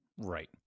Right